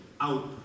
out